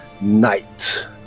night